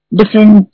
Different